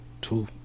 Two